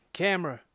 camera